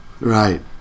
right